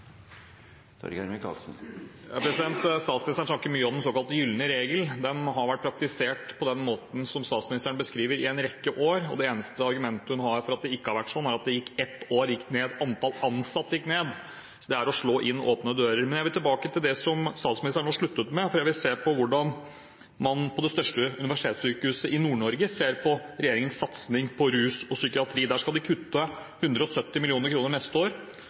Statsministeren snakker mye om den såkalte gylne regel. Den har vært praktisert på den måten som statsministeren beskriver, i en rekke år. Det eneste argumentet hun har for at det ikke har vært sånn, er at antall ansatte gikk ned ett år. Det er å slå inn åpne dører. Men jeg vil tilbake til det statsministeren nå sluttet med, for jeg vil se på hvordan man på det største universitetssykehuset i Nord-Norge ser på regjeringens satsing på rus og psykiatri. Der skal de kutte 170 mill. kr neste år.